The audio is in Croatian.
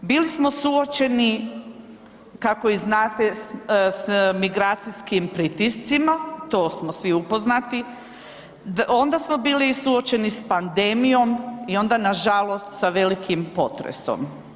Bili smo suočeni kako i znate s migracijskim pritiscima, to smo svi upoznati, onda smo bili suočeni sa pandemijom i onda nažalost sa velikim potresom.